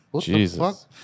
Jesus